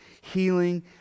healing